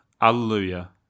alleluia